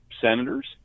senators